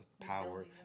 power